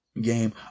game